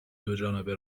دوجانبه